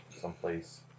Someplace